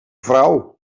vrouw